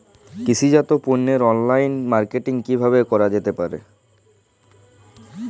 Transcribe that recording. কৃষিজাত পণ্যের online marketing কিভাবে করা যেতে পারে?